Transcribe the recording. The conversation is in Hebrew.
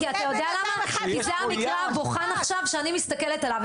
כי זה מקרה הבוחן עכשיו שאני מסתכלת עליו.